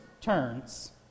turns